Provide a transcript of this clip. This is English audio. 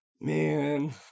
man